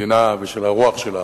המדינה ושל הרוח שלה.